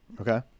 Okay